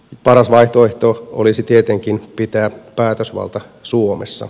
paras vaihtoehto olisi tietenkin pitää päätösvalta suomessa